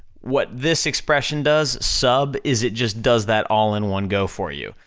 what this expression does, sub, is it just does that all in one go for you.